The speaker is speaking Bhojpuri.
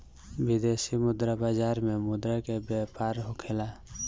विदेशी मुद्रा बाजार में मुद्रा के व्यापार होखेला